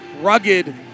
rugged